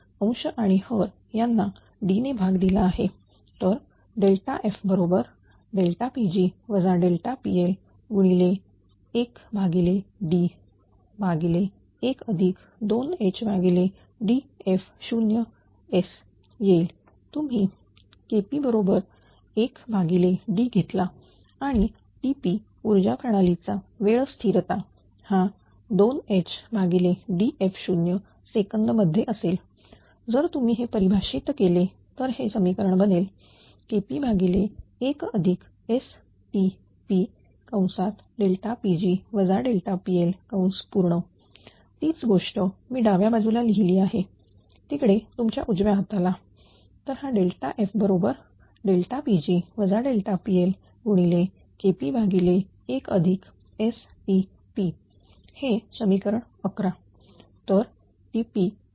अंश आणि हर यांना D ने भाग दिला तर f बरोबर fPg PL1D12HDf0s येईल तुम्ही KP बरोबर 1D घेतला आणि TP ऊर्जा प्रणालीचा वेळ स्थिरता हा 2HDf0 सेकंद मध्ये असेल जर तुम्ही हे परिभाषित केले तर हे समीकरण बनेल KP1STP तीच गोष्ट मी डाव्या बाजूला लिहिली आहे तिकडे तुमच्या उजव्या हाताला तर हा f बरोबर f KP1STP हे समीकरण 11